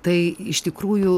tai iš tikrųjų